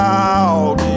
out